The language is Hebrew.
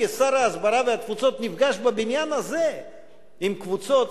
כשר ההסברה והתפוצות נפגש בבניין הזה עם קבוצות,